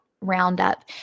roundup